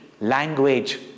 language